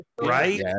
right